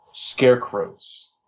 scarecrows